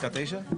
פסקה (9)?